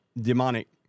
demonic